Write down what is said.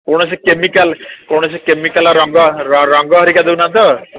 କୌଣସି କେମିକାଲ୍ କୌଣସି କେମିକାଲ୍ ରଙ୍ଗ ରଙ୍ଗ ହେରିକା ଦେଉନ ତ